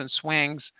swings